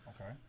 Okay